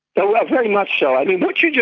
oh well, very much so. i mean, what you just,